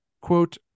quote